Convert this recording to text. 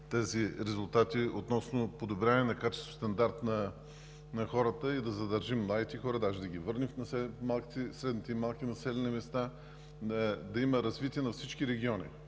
резултати относно подобряване качеството и стандарта на хората, да задържим младите хора дори да ги върнем в средните и малките населени места, да има развитие на всички региони.